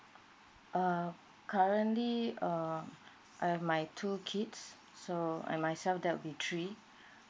uh currently err I have my two kids so and myself that'll be three